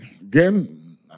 again